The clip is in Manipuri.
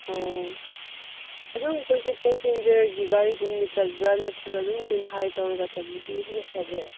ꯑꯣ ꯑꯗꯨꯝ ꯄꯦꯁꯦꯟꯖꯔꯒꯤ ꯒꯔꯤꯒꯨꯝꯕꯗ ꯆꯠꯄ꯭ꯔ ꯅꯠꯇꯔꯒ ꯑꯗꯨꯝ ꯑꯩꯈꯣꯏꯅ ꯍꯥꯏꯌꯔ ꯇꯧꯔꯒ ꯆꯠꯄꯗꯤ ꯑꯗꯨꯅ ꯐꯕ꯭ꯔꯣ